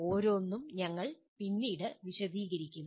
ഓരോന്നും ഞങ്ങൾ പിന്നീട് വിശദീകരിക്കും